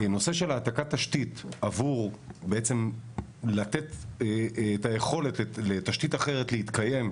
נושא של העתקת תשתית כדי לתת יכולת לתשתית אחרת להתקיים,